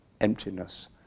emptiness